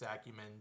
acumen